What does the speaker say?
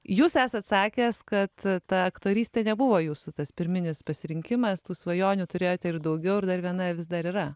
jūs esat sakęs kad ta aktorystė nebuvo jūsų tas pirminis pasirinkimas tų svajonių turėjote ir daugiau ir dar viena vis dar yra